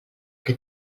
que